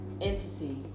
entity